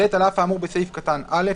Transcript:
(ב)על אף האמור בסעיף קטן (א),